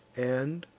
and,